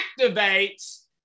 activates